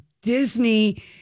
Disney